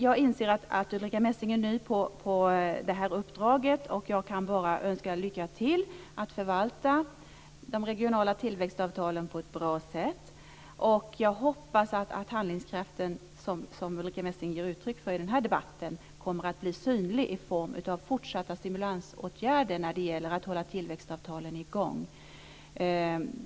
Jag inser att Ulrica Messing nu har fått det här uppdraget, och jag kan bara önska lycka till att förvalta de regionala tillväxtavtalen på ett bra sätt. Jag hoppas att den handlingskraft som Ulrica Messing ger uttryck för i den här debatten kommer att bli synlig i form av forsatta stimulansåtgärder när det gäller att hålla tillväxtavtalen i gång.